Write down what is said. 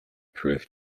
proof